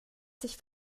sich